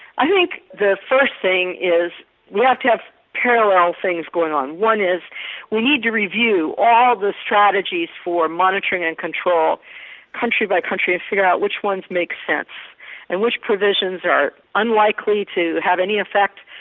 i think the first thing is we have to have parallel things going on one is we need to review all the strategies for monitoring and control country by country and figure out which ones make sense and which provisions are unlikely to have any effect,